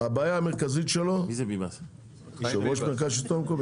הבעיה המרכזית שלו, הוא אומר: